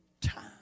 time